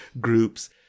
groups